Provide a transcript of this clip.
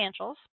financials